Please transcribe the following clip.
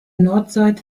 nordseite